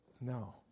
No